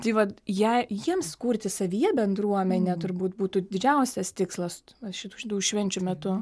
tai vat jei jiems kurti savyje bendruomenę turbūt būtų didžiausias tikslas šitų šitų švenčių metu